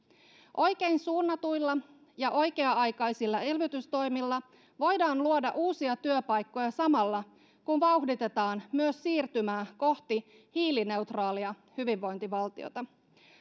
oikein suunnatuilla ja oikea aikaisilla elvytystoimilla voidaan luoda uusia työpaikkoja samalla kun vauhditetaan myös siirtymää kohti hiilineutraalia hyvinvointivaltiota